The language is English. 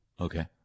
Okay